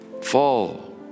fall